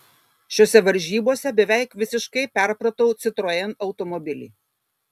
šiose varžybose beveik visiškai perpratau citroen automobilį